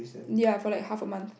ya for like half a month